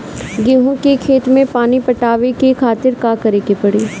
गेहूँ के खेत मे पानी पटावे के खातीर का करे के परी?